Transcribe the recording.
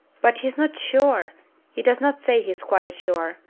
but he is not sure he does not say he is quite sure.